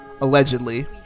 Allegedly